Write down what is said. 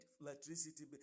electricity